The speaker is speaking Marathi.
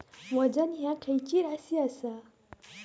वजन ह्या खैची राशी असा?